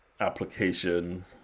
application